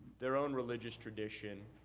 their own religious tradition.